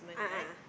a'ah ah